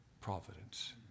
providence